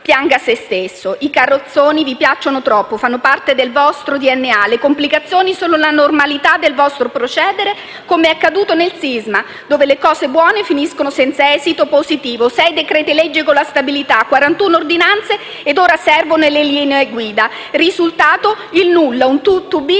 pianga se stesso. I carrozzoni vi piacciono troppo, fanno parte del vostro DNA. Le complicazioni sono la normalità del vostro procedere, come è accaduto nel sisma, dove le cose buone finiscono senza esito positivo: 6 decreti-legge con la stabilità, 41 ordinanze ed ora servono le linee guida. Risultato? Il nulla. Un *to be